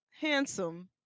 handsome